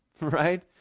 right